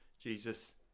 Jesus